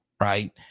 Right